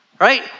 right